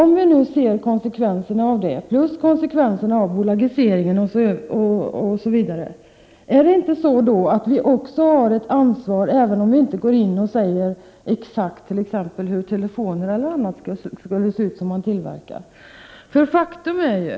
I betraktande av konsekvenserna härav, konsekvenserna av bolagiseringen osv. har väl också vi ett ansvar, även om vi inte exakt skall föreskriva t.ex. hur telefoner eller annat som man tillverkar skall se ut.